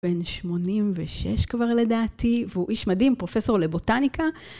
בן 86 כבר לדעתי, והוא איש מדהים, פרופסור לבוטניקה.